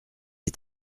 des